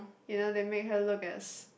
you know they make her look as